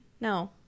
No